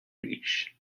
reach